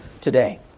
today